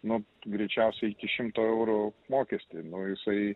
nu greičiausiai iki šimto eurų mokestį nu jisai